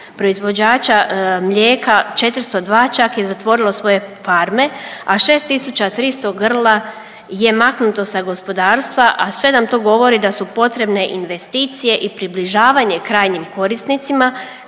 proizvođača mlijeka 402 čak je zatvorilo svoje farme, a 6.300 grla je maknuto sa gospodarstva, a sve nam to govori da su potrebne investicije i približavanje krajnjim korisnicima